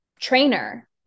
trainer